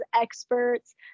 experts